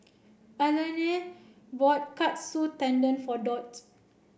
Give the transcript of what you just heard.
Olene bought Katsu Tendon for Dot